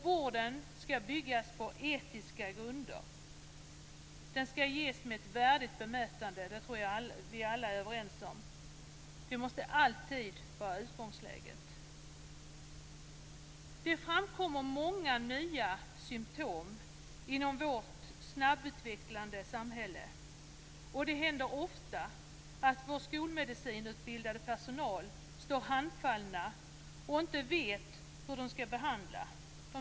Vården skall byggas på etiska grunder. Den skall ges med ett värdigt bemötande. Det är vi alla överens om. Det måste alltid vara utgångsläget. Det framkommer många nya symtom inom vårt snabbutvecklande samhälle. Det händer ofta att vår skolmedicinutbildade personal står handfallen och inte vet vilken behandling som skall ges.